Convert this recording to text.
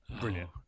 Brilliant